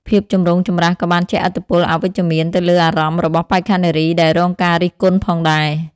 ភាពចម្រូងចម្រាសក៏បានជះឥទ្ធិពលអវិជ្ជមានទៅលើអារម្មណ៍របស់បេក្ខនារីដែលរងការរិះគន់ផងដែរ។